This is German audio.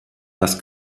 das